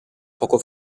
poco